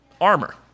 armor